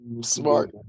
Smart